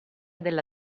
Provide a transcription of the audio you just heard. della